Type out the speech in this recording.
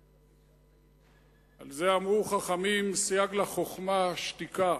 על זה אמרו חכמים: סייג לחוכמה שתיקה.